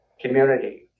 community